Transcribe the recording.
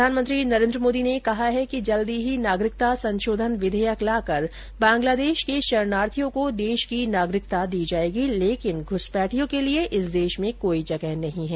प्रधानमंत्री नरेन्द्र मोदी ने कहा है कि जल्दी ही नागरिकता संशोधन विधेयक लाकर बंगलादेश के शरणार्थियों को देश की नागरिकता दी जायेगी लेकिन घुसपैठियों के लिये इस देश में कोई जगह नहीं है